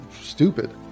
stupid